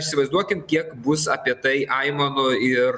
įsivaizduokim kiek bus apie tai aimanų ir